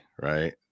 right